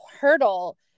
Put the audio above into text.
hurdle